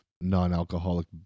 non-alcoholic